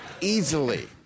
easily